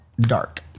dark